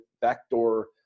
backdoor